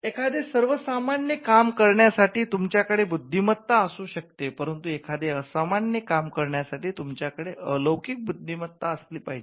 एखादे सर्वसामान्य काम करण्यासाठी तुमच्याकडे बुद्धिमत्ता असू शकते परंतु एखादे असामान्य काम करण्यासाठी तुमच्याकडे अलौकिक बुद्धिमत्ता पाहिजे